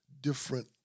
different